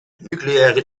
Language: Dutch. nucleaire